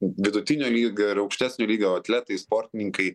vidutinio lygio ir aukštesnio lygio atletai sportininkai